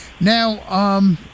Now